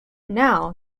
now